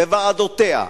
בוועדותיה,